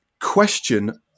Question